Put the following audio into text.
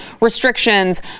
restrictions